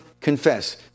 confess